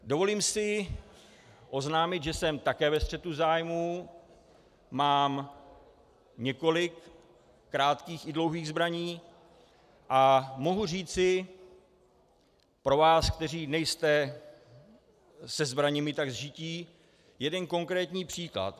Dovolím si oznámit, že jsem také ve střetu zájmů, mám několik krátkých i dlouhých zbraní a mohu říci pro vás, kteří nejste se zbraněmi tak sžití, jeden konkrétní příklad.